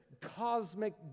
cosmic